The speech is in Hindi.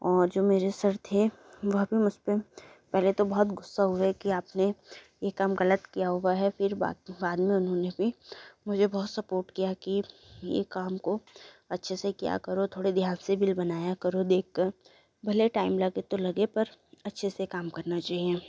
और जो मेरे सर थे वह भी मुझ पर पहले तो बहुत ग़ुस्सा हुए कि आपने यह काम ग़लत किया हुआ है फिर बाद बाद में उन्होंने भी मुझे बहुत सपोर्ट किया कि यह काम को अच्छे से किया करो थोड़े ध्यान से बिल बनाया करो देखकर भले टाइम लगे तो लगे पर अच्छे से काम करना चाहिए